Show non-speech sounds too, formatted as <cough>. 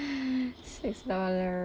<breath> six dollars